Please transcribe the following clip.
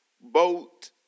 boat